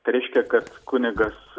tai reiškia kad kunigas